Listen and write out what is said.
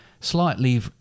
slightly